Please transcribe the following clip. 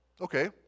okay